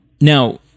Now